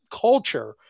culture